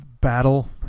battle